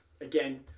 again